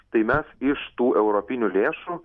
tai mes iš tų europinių lėšų